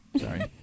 Sorry